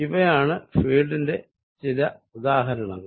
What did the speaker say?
ഇവയാണ് ഫീൽഡിന്റെ ചില ഉദാഹരണങ്ങൾ